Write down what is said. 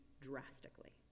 drastically